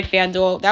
FanDuel